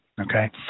Okay